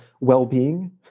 well-being